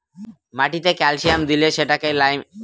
মাটিতে ক্যালসিয়াম দিলে সেটাতে লাইমিং এজেন্ট আর অ্যাসিড দিতে হয়